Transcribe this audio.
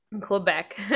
Quebec